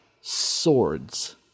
swords